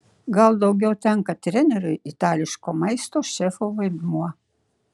gal daugiau tenka treneriui itališko maisto šefo vaidmuo